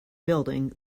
building